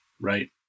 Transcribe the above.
right